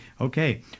okay